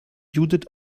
judith